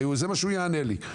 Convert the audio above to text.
הרי זה מה שהוא יענה לי.